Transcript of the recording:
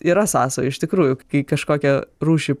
yra sąsaja iš tikrųjų kai kažkokią rūšį